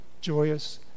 joyous